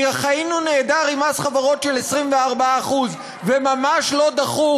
כי חיינו נהדר עם מס חברות של 24% וממש לא דחוף